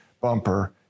bumper